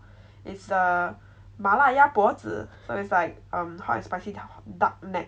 it's a 麻辣鸭脖子 so it's like um hot and spicy duck neck